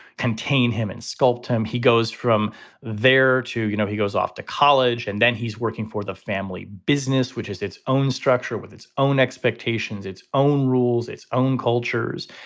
contain him and sculpt him. he goes from there to, you know, he goes off to college and then he's working for the family business, which has its own structure with its own expectations, its own rules, its own cultures.